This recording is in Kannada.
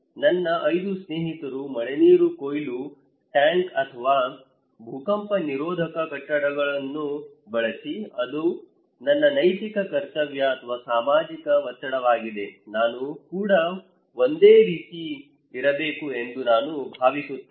ನನ್ನ 5 ಸ್ನೇಹಿತರು ಮಳೆನೀರು ಕೊಯ್ಲು ಟ್ಯಾಂಕ್ ಅಥವಾ ಭೂಕಂಪ ನಿರೋಧಕ ಕಟ್ಟಡವನ್ನು ಬಳಸಿ ಅದು ನನ್ನ ನೈತಿಕ ಕರ್ತವ್ಯ ಅಥವಾ ಸಾಮಾಜಿಕ ಒತ್ತಡವಾಗಿದೆ ನಾನು ಕೂಡ ಅದೇ ರೀತಿ ಇರಬೇಕು ಎಂದು ನಾನು ಭಾವಿಸುತ್ತೇನೆ